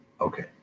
Okay